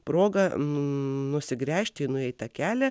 progą nusigręžti į nueitą kelią